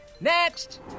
Next